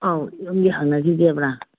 ꯑꯧ ꯌꯨꯝꯒꯤ ꯍꯪꯅꯒꯤꯒꯦꯕ꯭ꯔꯥ